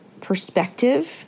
perspective